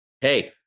hey